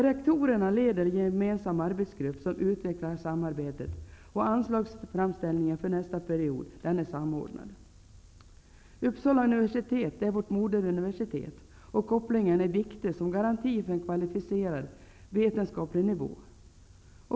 Rektorerna leder en gemensam arbetsgrupp, som utvecklar samarbetet, och anslagsframställningen för nästa period är samordnad. Uppsala universitet är vårt moderuniversitet, och kopplingen är viktig som garanti för en kvalificerad, vetenskaplig nivå.